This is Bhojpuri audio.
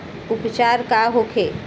उपचार का होखे?